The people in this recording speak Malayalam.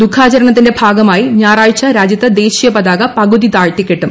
ദുഃഖാചരണത്തിന്റെ ഭാഗമായി ഞായറാഴ്ച രാജ്യത്ത് ദേശീയ പതാക പകുതി താഴ്ത്തിക്കെട്ടും